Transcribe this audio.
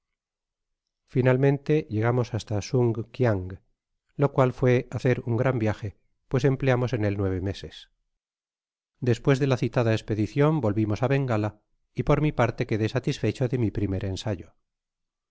finalmente llegamos hasta sung kiang lo cual fué hacer un grao viaje pues empleamos en él nueve meses despues de la citada espedicion volvimos á bengala y por mi parte quedé satisfecho de mi primer ensayo